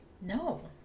No